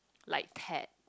like Ted